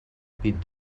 pit